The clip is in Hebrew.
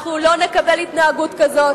אנחנו לא נקבל התנהגות כזאת.